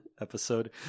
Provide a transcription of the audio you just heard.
episode